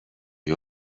you